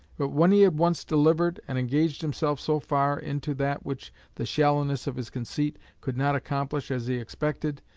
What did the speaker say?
but when he had once delivered and engaged himself so far into that which the shallowness of his conceit could not accomplish as he expected,